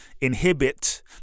inhibit